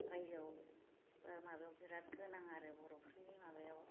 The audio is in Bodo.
रायजोआव बा माबायाव बिराद गोनां आरो बर'फोरनि माबायाव